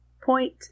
point